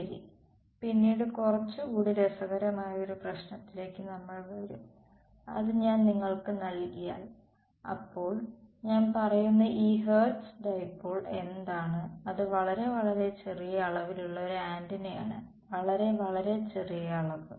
ശരി പിന്നീട് കുറച്ചുകൂടി രസകരമായ ഒരു പ്രശ്നത്തിലേക്ക് നമ്മൾ വരും അത് ഞാൻ നിങ്ങൾക്ക് നൽകിയാൽ അപ്പോൾ ഞാൻ പറയുന്ന ഈ ഹെർട്സ് ഡൈപോൾ എന്താണ് അത് വളരെ വളരെ ചെറിയ അളവിലുള്ള ഒരു ആന്റിനയാണ് വളരെ വളരെ ചെറിയ അളവ്